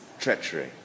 Treachery